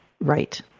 Right